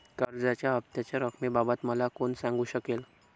कर्जाच्या हफ्त्याच्या रक्कमेबाबत मला कोण सांगू शकेल?